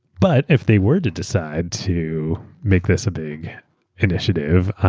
but if they were to decide to make this a big initiative,